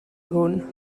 hwn